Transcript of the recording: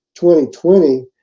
2020